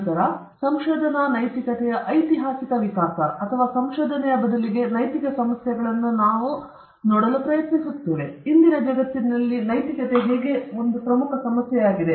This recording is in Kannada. ನಂತರ ಸಂಶೋಧನಾ ನೈತಿಕತೆಯ ಐತಿಹಾಸಿಕ ವಿಕಾಸ ಅಥವಾ ಸಂಶೋಧನೆಯ ಬದಲಿಗೆ ನೈತಿಕ ಸಮಸ್ಯೆಗಳನ್ನು ನಾವು ನೋಡಲು ಪ್ರಯತ್ನಿಸುತ್ತೇವೆ ಇಂದಿನ ಜಗತ್ತಿನಲ್ಲಿ ಇದು ಹೇಗೆ ಒಂದು ಪ್ರಮುಖ ಸಮಸ್ಯೆಯಾಗಿದೆ